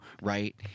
right